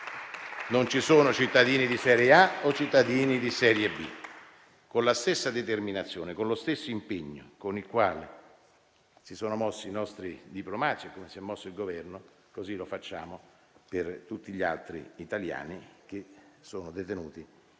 Non ci sono cittadini di serie A o cittadini di serie B. Con la stessa determinazione e con lo stesso impegno con i quali si sono mossi i nostri diplomatici e il Governo, ci muoviamo per tutti gli altri italiani che sono detenuti